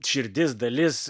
širdis dalis